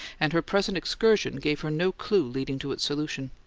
and her present excursion gave her no clue leading to its solution.